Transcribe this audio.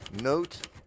note